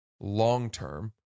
long-term